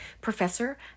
Professor